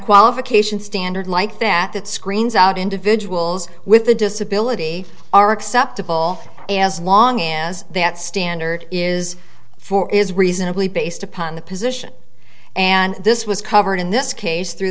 qualification standard like that that screens out individuals with a disability are acceptable as long as that standard is for is reasonably based upon the position and this was covered in this case through